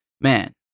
man